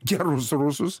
gerus rusus